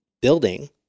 building